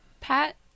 pat